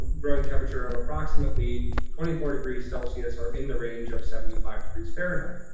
growing temperature of approximately twenty four degrees celsius or in the range of seventy five degrees fahrenheit.